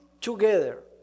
together